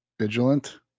Vigilant